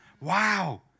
Wow